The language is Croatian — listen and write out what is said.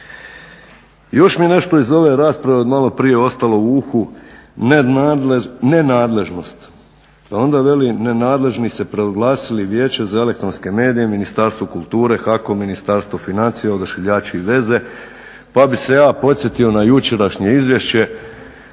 Još mi nešto iz ove rasprave od maloprije ostalo u uhu, nenadležnost. Pa onda veli nenadležni se proglasili Vijeće za elektronske medije, Ministarstvo kulture, HAKOM, Ministarstvo financija, Odašiljači i veze. Pa bi se ja podsjetio na jučerašnje izvješće